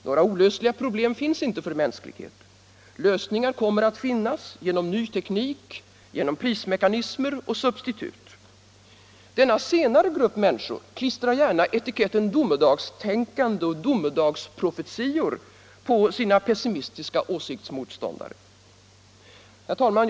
Några olösliga problem finns inte för mänskligheten. Lösningar kommer att finnas, genom ny teknik, genom prismekanismer och substitut. Denna senare grupp människor klistrar gärna etiketten domedagstänkare och domedagsprofeter på sina pessimistiska åsiktsmotståndare. Herr talman!